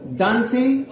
dancing